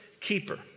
keeper